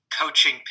coaching